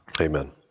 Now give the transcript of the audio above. Amen